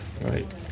Right